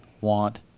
want